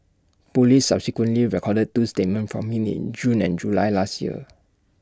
Police subsequently recorded two statements from him in June and July last year